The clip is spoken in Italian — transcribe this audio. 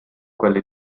quelli